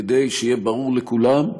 כדי שיהיה ברור לכולם,